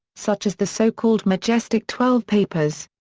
such as the so-called majestic twelve papers.